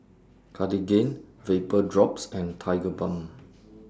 Cartigain Vapodrops and Tigerbalm